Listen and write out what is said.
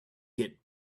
get